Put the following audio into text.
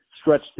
stretch